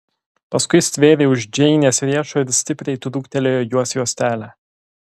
paskui stvėrė už džeinės riešo ir stipriai trūktelėjo jos juostelę